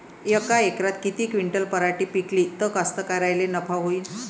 यका एकरात किती क्विंटल पराटी पिकली त कास्तकाराइले नफा होईन?